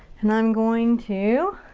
and i'm going to